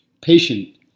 Patient